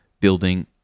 building